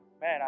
man